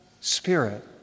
spirit